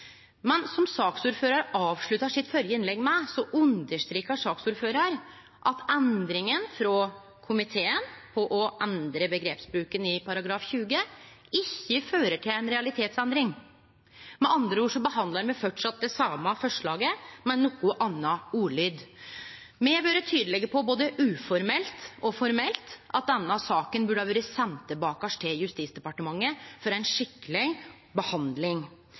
men slik saksordføraren avslutta sitt førre innlegg, understrekar ho at endringa frå komiteen om å endre omgrepsbruken i § 20 ikkje fører til ei realitetsendring. Med andre ord behandlar me framleis det same forslaget – med noko anna ordlyd. Me har vore tydelege på, både uformelt og formelt, at denne saka burde ha vore send tilbake til Justisdepartementet for ei skikkeleg behandling.